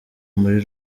muri